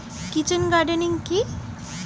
Kitchen gardening কি?